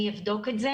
אני אבדוק את זה